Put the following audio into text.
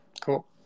Cool